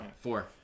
four